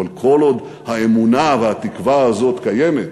אבל כל עוד האמונה והתקווה הזאת קיימות,